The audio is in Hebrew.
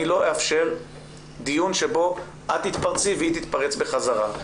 לא אאפשר דיון שבו את תתפרצי והיא תתפרץ בחזרה.